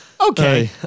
Okay